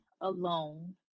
alone